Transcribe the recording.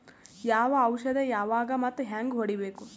ಯಾವ ಔಷದ ಯಾವಾಗ ಮತ್ ಹ್ಯಾಂಗ್ ಹೊಡಿಬೇಕು?